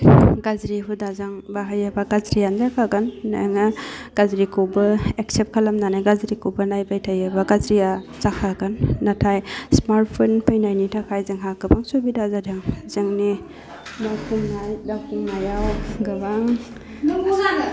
गाज्रि हुदाजों बाहायोबा गाज्रियानो जाखागोन नोङो गाज्रिखौबो एकसेप्ट खालामनानै गाज्रिखौबो नायबाय थायोबा गाज्रिया जाखागोन नाथाय स्मार्टफन फैनायनि थाखाय जोंहा गोबां सुबिदा जादों जोंनि मावफुंनाय दाफुंनायाव गोबां